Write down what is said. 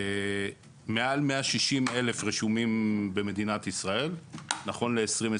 מעל 160,000 רשומים במדינת ישראל נכון ל-22'.